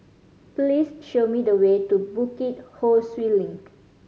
please show me the way to Bukit Ho Swee Link